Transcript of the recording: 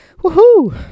Woohoo